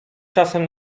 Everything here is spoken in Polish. czasem